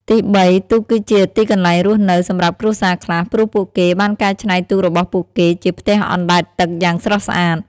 ទីបី ទូកគឺជា ទីកន្លែងរស់នៅ សម្រាប់គ្រួសារខ្លះ ព្រោះពួកគេបានកែច្នៃទូករបស់ពួកគេជាផ្ទះអណ្តែតទឹកយ៉ាងស្រស់ស្អាត។